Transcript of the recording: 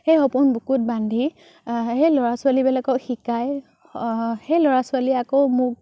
সেই সপোন বুকুত বান্ধি সেই ল'ৰা ছোৱালীবিলাকক শিকাই সেই ল'ৰা ছোৱালীয়ে আকৌ মোক